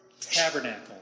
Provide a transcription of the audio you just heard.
tabernacle